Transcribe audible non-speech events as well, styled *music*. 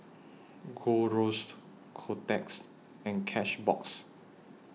*noise* Gold Roast Kotex and Cashbox